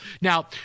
Now